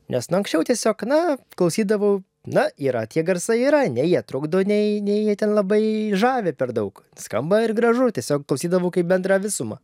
nes na anksčiau tiesiog na klausydavau na yra tie garsai yra nei jie trukdo nei nei jie ten labai žavi per daug skamba ir gražu tiesiog klausydavau kaip bendrą visumą